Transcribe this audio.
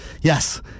Yes